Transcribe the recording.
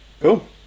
Cool